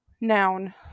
noun